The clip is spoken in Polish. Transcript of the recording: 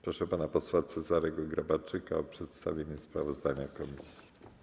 Proszę pana posła Cezarego Grabarczyka o przedstawienie sprawozdania komisji.